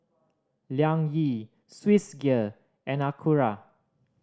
Liang Yi Swissgear and Acura